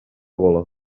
gola